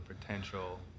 potential